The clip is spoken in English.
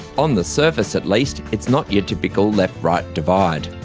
on the surface at least, it's not your typical left-right divide.